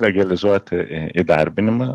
legalizuoti įdarbinimą